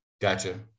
Gotcha